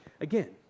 again